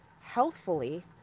healthfully